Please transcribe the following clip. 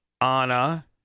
Anna